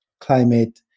climate